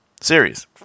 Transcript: series